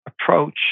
approach